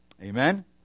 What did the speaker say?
Amen